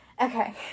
Okay